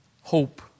Hope